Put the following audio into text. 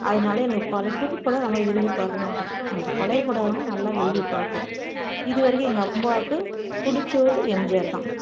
அதனாலே எனக்கு பழை புதுப்படம் ரொம்ப விரும்பி பார்க்க மாட்டேன் ஆனால் பழையை படலாம் நல்லா விரும்பி பார்ப்பேன் இது வரைக்கும் எங்கள் அப்பாவுக்கு பிடிச்சவரு எம்ஜிஆர் தான்